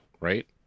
right